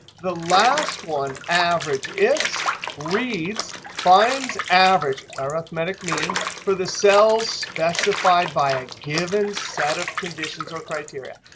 the last one average ifs reads, finds average arithmetic mean for the cells specified by a given set of conditions or criteria.